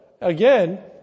again